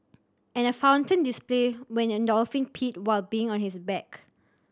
and a fountain display when a dolphin peed while being on his back